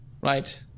right